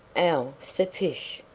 elle s'affiche.